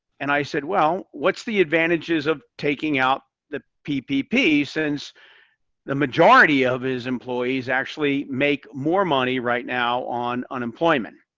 and i said, well, what's the advantages of taking out the ppp, since the majority of his employees actually make more money right now on unemployment?